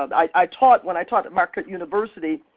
um i taught when i taught at marquette university,